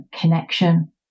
connection